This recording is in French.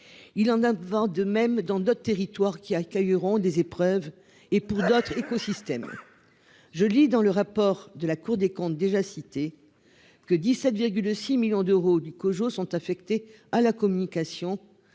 Il en avant. De même dans d'autres territoires qui accueilleront des épreuves et pour d'autres écosystèmes. Je lis dans le rapport de la Cour des comptes déjà cités que 17 6 millions d'euros du COJO sont affectés à la communication